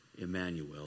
Emmanuel